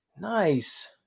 Nice